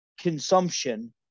consumption